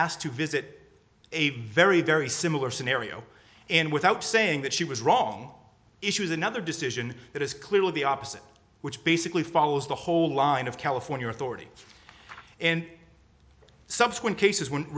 asked to visit a very very similar scenario and without saying that she was wrong issues another decision that is clearly the opposite which basically follows the whole line of california authority and subsequent cases when